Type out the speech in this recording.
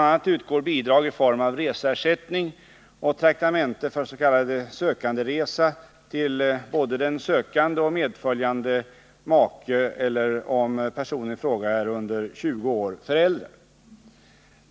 a. utgår bidrag i form av reseersättning och traktamente för s.k. sökanderesa till både den sökande och medföljande make eller, om personen i fråga är under 20 år, förälder.